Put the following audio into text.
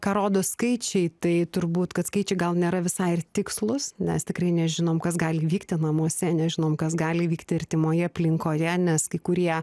ką rodo skaičiai tai turbūt kad skaičiai gal nėra visai ir tikslūs nes tikrai nežinom kas gali vykti namuose nežinom kas gali įvykti artimoje aplinkoje nes kai kurie